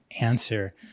answer